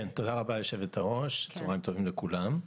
תודה רבה יושבת-הראש, צוהריים טובים לכולם.